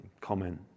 comment